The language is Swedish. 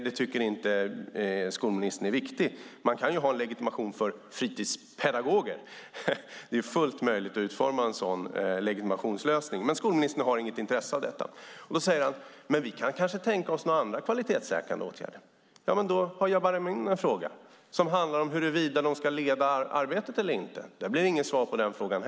Det tycker inte skolministern är viktigt. Man kan ha legitimation för fritidspedagoger. Det är fullt möjligt att utforma en sådan legitimationslösning. Men skolministern har inte något intresse av det. Han säger: Vi kan kanske tänka oss några andra kvalitetssäkrande åtgärder. Jabar Amin hade en fråga om huruvida de ska leda arbetet eller inte. Det blev inte heller något svar på den frågan.